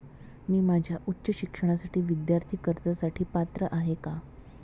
मी माझ्या उच्च शिक्षणासाठी विद्यार्थी कर्जासाठी पात्र आहे का?